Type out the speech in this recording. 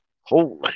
holy